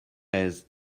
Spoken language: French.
aise